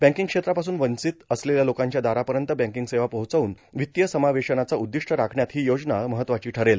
banking क्षेत्रापासून वंचित असलेल्या लोकांच्या दारापर्यत बँकिंग सेवा पोहोचवून वित्तीय समावेशनाचं उद्दिष्ट राखण्यात ही योजना महत्त्वाची ठरेल